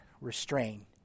restrain